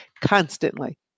constantly